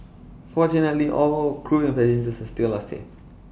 fortunately all crew and passengers are still are safe